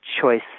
choice